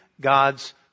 God's